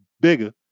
bigger